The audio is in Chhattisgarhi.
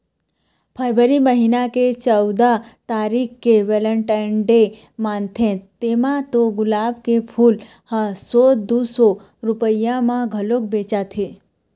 फरवरी महिना के चउदा तारीख के वेलेनटाइन डे मनाथे तेमा तो गुलाब के फूल ह सौ दू सौ रूपिया म घलोक बेचाथे